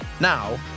Now